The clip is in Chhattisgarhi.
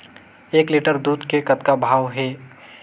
एक लिटर दूध के कतका भाव हे?